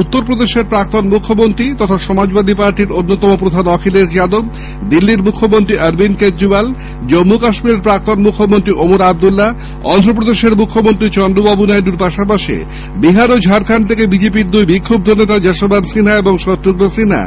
উত্তর প্রদেশের প্রাক্তন মুখ্যমন্ত্রী তথা সমাজবাদী পার্টির অন্যতম প্রধান অখিলেশ যাদব দিল্লির মুখ্যমন্ত্রী অরবিন্দ কেজরিওয়াল জম্মু কাশ্মীরের প্রাক্তন মুখ্যমন্ত্রী ওমর আব্দুল্লা অন্ধ্রপ্রদেশের মুখ্যমন্ত্রী চন্দ্রবাবু নাইডুর পাশাপাশি বিহার ও ঝাড়খণ্ড থেকে বিজেপির দুই বিক্ষুব্ধ নেতা যশবন্ত সিনহা এবং শক্রুঘ্ন সিনহা